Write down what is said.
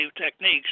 techniques